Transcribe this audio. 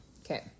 Okay